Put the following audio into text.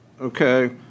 Okay